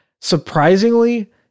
surprisingly